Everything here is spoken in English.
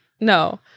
No